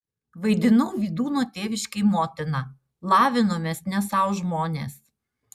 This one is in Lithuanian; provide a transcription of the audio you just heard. vaidinau vydūno tėviškėj motiną lavinomės ne sau žmonės